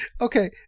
Okay